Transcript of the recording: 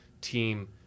team